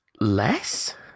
Less